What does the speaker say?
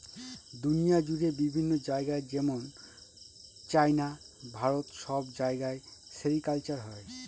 দুনিয়া জুড়ে বিভিন্ন জায়গায় যেমন চাইনা, ভারত সব জায়গায় সেরিকালচার হয়